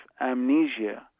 amnesia